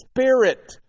spirit